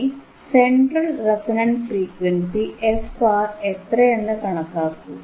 ഇനി central resonant frequency fR എത്രയെന്നു കണക്കാക്കു